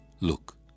look